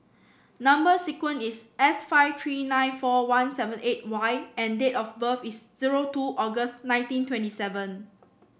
number sequence is S five three nine four one seven eight Y and date of birth is zero two August nineteen twenty seven